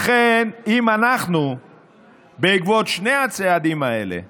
לכן, אם בעקבות שני הצעדים האלה